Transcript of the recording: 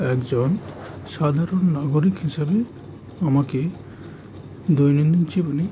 একজন সাধারণ নাগরিক হিসাবে আমাকে দৈনন্দিন জীবনে